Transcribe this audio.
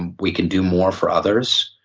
and we can do more for others.